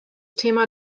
thema